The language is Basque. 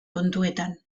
kontuetan